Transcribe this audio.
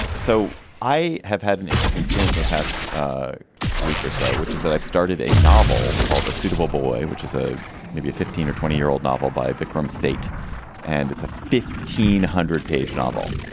so i have had an interesting experience in the past week or so which is that i've started a novel called a suitable boy which is a maybe fifteen or twenty year old novel by vikram sait and it's a fifteen hundred page novel.